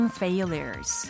failures